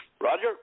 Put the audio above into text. roger